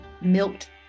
milked